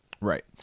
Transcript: Right